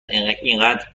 اینقد